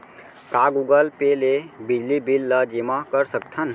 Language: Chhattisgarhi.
का गूगल पे ले बिजली बिल ल जेमा कर सकथन?